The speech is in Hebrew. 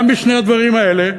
גם בשני הדברים האלה,